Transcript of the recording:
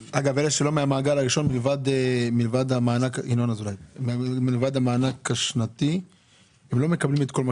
אלה שלא מהמעגל הראשון לא מקבלים את כל מה